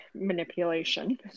manipulation